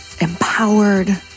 empowered